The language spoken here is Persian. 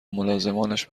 ملازمانش